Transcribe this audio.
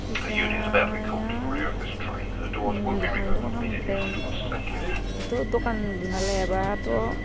फैसाया दख'नानि दखान खालामनोबाथाय जिथु दखान लुना लायाबाथ'